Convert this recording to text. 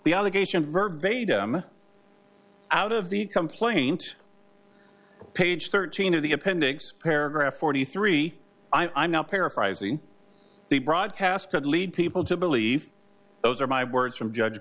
the allegation verbatim out of the complaint page thirteen of the appendix paragraph forty three i'm not paraphrasing the broadcast could lead people to believe those are my words from judge